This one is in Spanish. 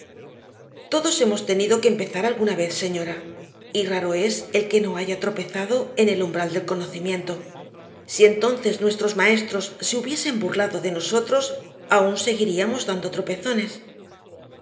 todos hemos tenido que empezar alguna vez señora y raro es el que no haya tropezado en el umbral del conocimiento si entonces nuestros maestros se hubiesen burlado de nosotros aún seguiríamos dando tropezones